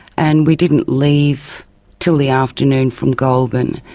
and we didn't leave til the afternoon from goulburn.